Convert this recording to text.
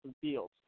Fields